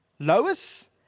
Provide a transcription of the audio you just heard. Lois